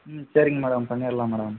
ம் சரிங்க மேடம் பண்ணிரலாம் மேடம்